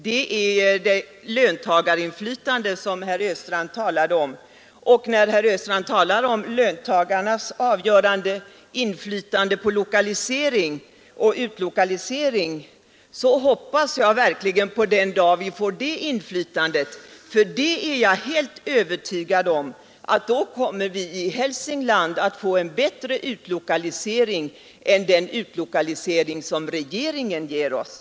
Det är det löntagarinflytandet som herr Östrand talade om, och jag hoppas verkligen på den dag då löntagarna får ett avgörande inflytande på lokalisering och utlokalisering. Jag är helt övertygad om att vi i Hälsingland då kommer att få en bättre utlokalisering och sysselsättning än den som regeringen ger oss.